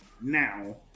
now